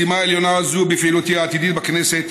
זו משימה עליונה בפעילותי העתידית בכנסת,